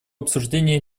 обсуждении